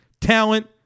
talent